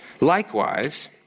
Likewise